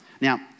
Now